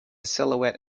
silhouette